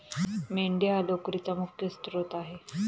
मेंढी हा लोकरीचा मुख्य स्त्रोत आहे